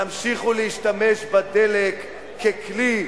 תמשיכו להשתמש בדלק ככלי,